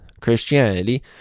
Christianity